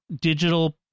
digital